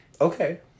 Okay